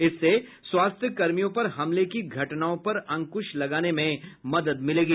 इससे स्वास्थ्य कर्मियों पर हमले की घटनाओं पर अंकुश लगाने में मदद मिलेगी